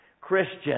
Christian